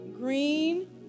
green